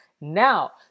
Now